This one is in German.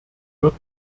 wird